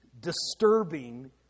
disturbing